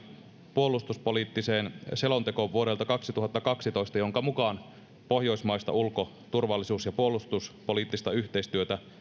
puolustuspoliittiseen selontekoon vuodelta kaksituhattakaksitoista jonka mukaan pohjoismaista ulko turvallisuus ja puolustuspoliittista yhteistyötä